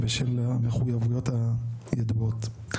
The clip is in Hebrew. בשל המחויבויות הידועות.